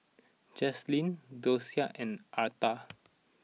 Jaslyn Dosia and Arta